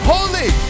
Holy